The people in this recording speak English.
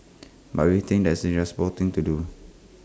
but we think that IT is responsible thing to do